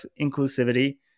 inclusivity